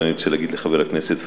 ואני רוצה להגיד לחבר הכנסת פריג',